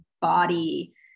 body